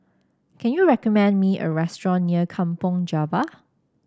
can you recommend me a restaurant near Kampong Java